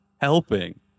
helping